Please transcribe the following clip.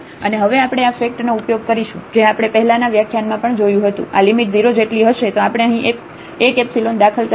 અને હવે આપણે આ ફેક્ટનો ઉપયોગ કરીશું જે આપણે પહેલાનાં વ્યાખ્યાનમાં પણ જોયુ હતું આ લિમિટ 0 જેટલી હશે તો આપણે અહીં એક એપ્સીલોન દાખલ કરી શકીએ